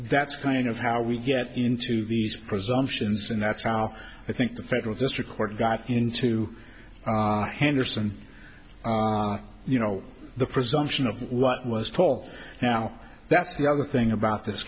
that's kind of how we get into these presumptions and that's how i think the federal district court got into henderson you know the presumption of what was taught now that's the other thing about this